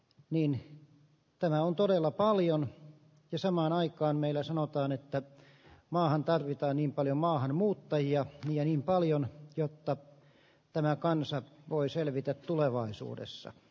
niin tämä on todella paljon ja samaan aikaan meillä sanotaan että maahan tarvitaan niin paljon maahanmuuttajia ja niin paljon jotta tämä kansa voi selvitä tulevaisuudessa